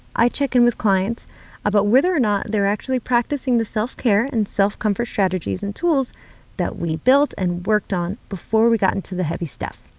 i check in with clients about whether or not they're actually practicing the self-care and self-comfort strategies and tools that we built and worked on before we got into the heavy stuff.